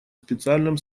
специальном